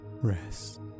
Rest